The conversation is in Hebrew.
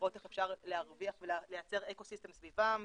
ולראות איך אפשר להרוויח ולייצר אקו סיסטם סביבם.